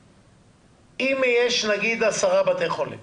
101.5%. אם יש נגיד 10 בתי חולים